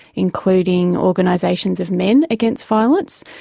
including organisations of men against violence,